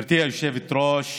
2233 ו-2305.